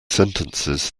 sentences